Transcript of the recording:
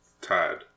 tied